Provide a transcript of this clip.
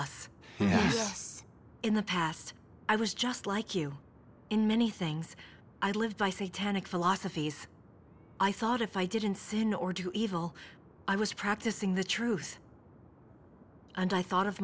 us in the past i was just like you in many things i live by say tannic philosophies i thought if i didn't sin or do evil i was practicing the truth and i thought of